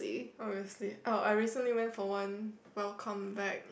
obviously oh I recently went for one welcome back